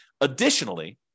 Additionally